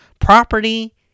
Property